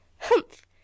Humph